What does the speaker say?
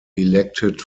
elected